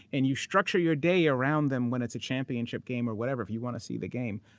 and you structure your day around them when it's a championship game or whatever, if you want to see the game.